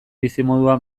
bizimodua